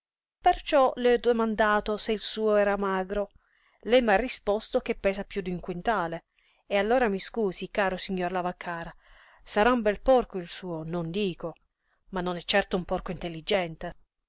perciò le ho domandato se il suo era magro lei m'ha risposto che pesa piú d'un quintale e allora mi scusi caro signor lavaccara sarà un bel porco il suo non dico ma non è certo un porco intelligente